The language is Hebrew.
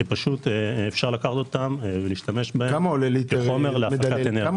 שאפשר להשתמש בהם כחומר להפקת אנרגיה.